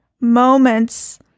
moments